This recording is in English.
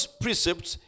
precepts